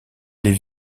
les